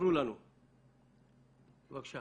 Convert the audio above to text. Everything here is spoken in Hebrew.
מבחינתנו זה היה רעם ביום בהיר, מכה כל כך קשה